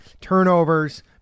Turnovers